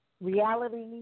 reality